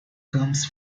comes